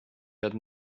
had